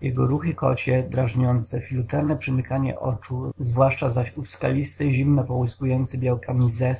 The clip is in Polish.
jego ruchy kocie drażniące filuterne przymykanie oczu zwłaszcza zaś ów skalisty zimno połyskujący białkami